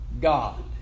God